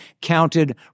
counted